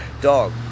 Dog